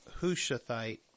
Hushathite